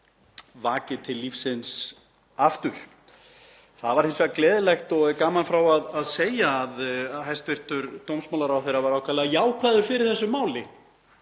vakið til lífsins aftur. Það var hins vegar gleðilegt, og er gaman frá að segja, að hæstv. dómsmálaráðherra var ákaflega jákvæður fyrir þessu máli,